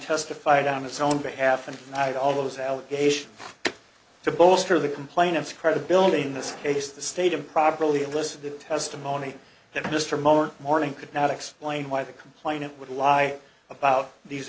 testified on its own behalf and all those allegations to bolster the complainants credibility in this case the state improperly a list of the testimony that mr moment morning could not explain why the complainant would lie about these